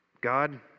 God